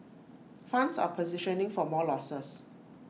funds are positioning for more losses